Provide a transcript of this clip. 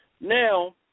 Now